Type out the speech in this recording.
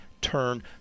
turn